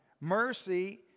Mercy